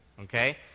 okay